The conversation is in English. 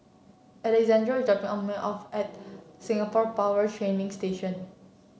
Alexandro is dropping me off at Singapore Power Training Station